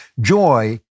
Joy